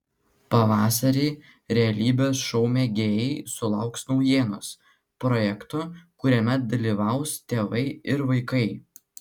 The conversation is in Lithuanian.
pavasarį realybės šou mėgėjai sulauks naujienos projekto kuriame dalyvaus tėvai ir vaikai